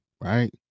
right